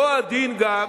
אותו הדין גם